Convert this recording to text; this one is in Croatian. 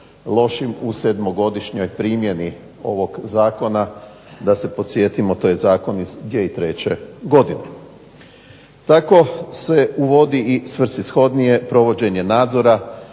lošim u sedmogodišnjoj primjeni ovog zakona. Da se posjetimo to je zakon iz 2003. godine. Tako se uvodi i svrsishodnije provođenje nadzora